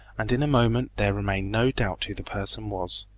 and in a moment there remained no doubt who the person was.